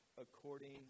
according